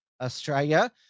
Australia